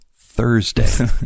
Thursday